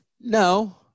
No